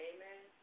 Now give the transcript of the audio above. Amen